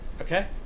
okay